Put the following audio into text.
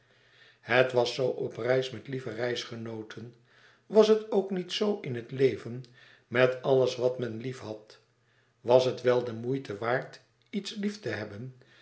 het was zoo op reis met lieve reisgenooten was het ook niet zoo in het leven met alles wat men liefhad was het wel de moeite waard iets lief te hebben